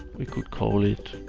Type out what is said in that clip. we can call it,